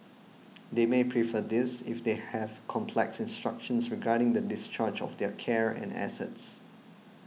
they may prefer this if they have complex instructions regarding the discharge of their care and assets